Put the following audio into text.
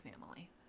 family